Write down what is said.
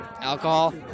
alcohol